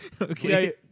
Okay